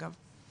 אגב.